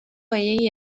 gehiegi